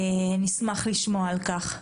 נשמח לשמוע על כך.